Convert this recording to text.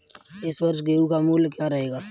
इस वर्ष गेहूँ का मूल्य क्या रहेगा?